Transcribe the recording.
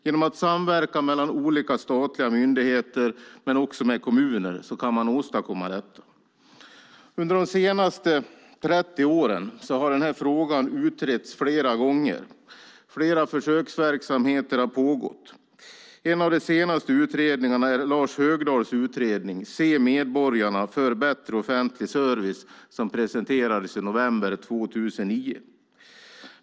Genom att samverka mellan olika statliga myndigheter men också med kommuner kan man åstadkomma detta. Under de senaste 30 åren har denna fråga utretts flera gånger. Flera försöksverksamheter har pågått. En av de senaste utredningarna är Lars Högdahls utredning Se medborgarna - för bättre offentlig service som presenterades i november 2009.